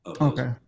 Okay